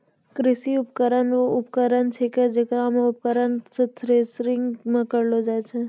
कृषि उपकरण वू उपकरण छिकै जेकरो उपयोग सें थ्रेसरिंग म करलो जाय छै